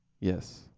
Yes